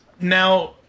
Now